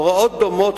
הוראות דומות